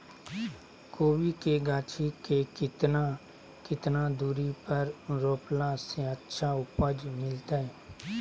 कोबी के गाछी के कितना कितना दूरी पर रोपला से अच्छा उपज मिलतैय?